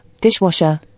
dishwasher